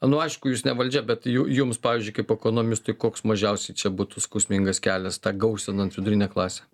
nu aišku jūs ne valdžia bet ju jums pavyzdžiui kaip ekonomistui koks mažiausiai čia būtų skausmingas kelias tą gausinant vidurinę klasę